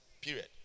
Period